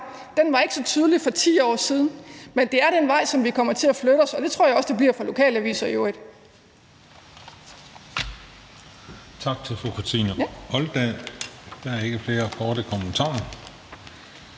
Den var ikke så tydelig for 10 år siden, men det er den vej, som vi kommer til at flytte os ad, og det tror jeg i øvrigt også bliver tilfældet for